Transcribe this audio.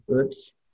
oops